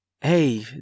Hey